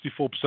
64%